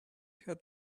had